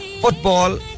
Football